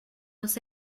los